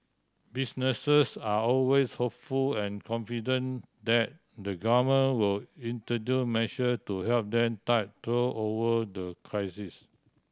businesses are always hopeful and confident that the Government will introduce measure to help then tide through over the crisis